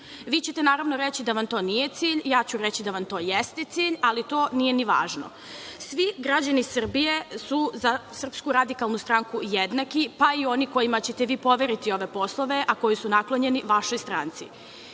Vi ćete, naravno, reći da vam to nije cilj, ja ću reći da vam to jeste cilj, ali to nije ni važno. Svi građani Srbije su SRS jednaki, pa i oni kojima ćete vi poveriti ove poslove, a koji su naklonjeni vašoj stranci.